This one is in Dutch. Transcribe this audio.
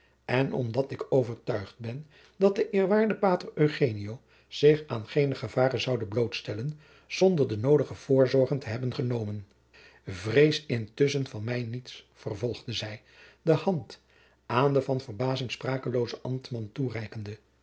en omdat ik overtuigd ben dat de eerwaarde pater eugenio zich aan geene gevaren zoude blootstellen zonder de noodige voorzorgen te hebben genomen vrees intusschen van mij niets vervolgde zij de hand aan den van verbazing sprakeloozen ambtman toereikende